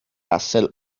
russell